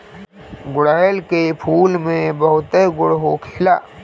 गुड़हल के फूल में बहुते गुण होखेला